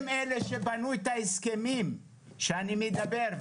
הם אלה שבנו את ההסכמים שאני מדבר עליהם,